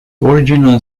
original